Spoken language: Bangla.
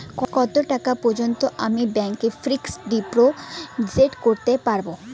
কত টাকা পর্যন্ত আমি ব্যাংক এ ফিক্সড ডিপোজিট করতে পারবো?